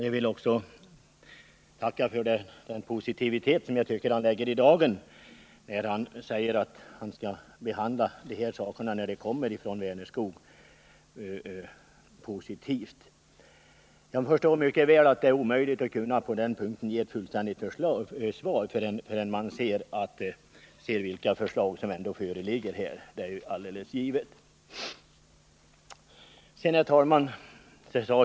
Jag vill också tacka för den beredvillighet som jag tycker att han lägger i dagen när han säger att han skall behandla dessa frågor positivt om de kommer att föras fram från Vänerskog. Jag förstår mycket väl att det är omöjligt att på den punkten lägga fram ett fullständigt förslag förrän man vet vilka uppslag som föreligger. Herr talman!